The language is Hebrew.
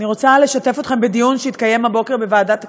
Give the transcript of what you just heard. אני רוצה לשתף אתכם בדיון שהתקיים הבוקר בוועדת הכספים.